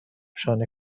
شانه